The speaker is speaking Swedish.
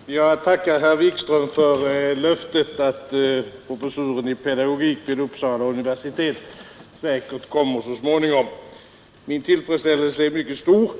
Herr talman! Jag tackar herr Wikström för löftet att professuren i pedagogik vid Uppsala universitet säkert kommer så småningom. Min tillfredsställelse är mycket stor,